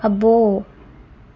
అబ్బో